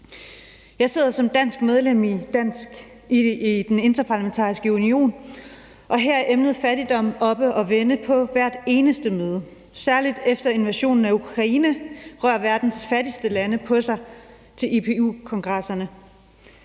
Jeg sidder som dansk medlem i Den Interparlamentariske Union, og her er emnet fattigdom oppe at vende på hvert eneste møde. Særlig efter invasionen af Ukraine rører verdens fattigste lande på sig på IPU-kongresserne.